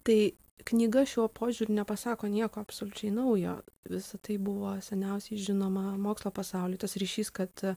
tai knyga šiuo požiūriu nepasako nieko absoliučiai naujo visa tai buvo seniausiai žinoma mokslo pasauly tas ryšys kad